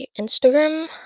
Instagram